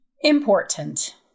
Important